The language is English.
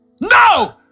No